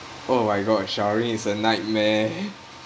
oh my god showering is a nightmare